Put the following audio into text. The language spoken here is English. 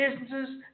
businesses